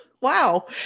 Wow